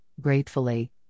gratefully